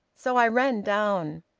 so i ran down.